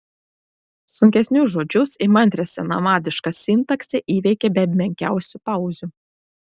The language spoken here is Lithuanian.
sunkesnius žodžius įmantrią senamadišką sintaksę įveikė be menkiausių pauzių